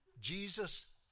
Jesus